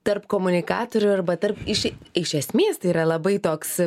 tarp komunikatorių arba tarp iš iš esmės tai yra labai toks